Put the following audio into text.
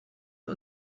der